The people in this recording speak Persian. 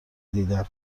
دیدن